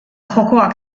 jokoak